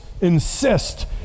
insist